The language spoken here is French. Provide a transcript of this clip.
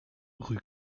rue